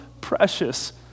precious